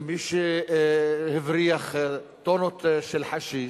ומי שהבריח טונות של חשיש?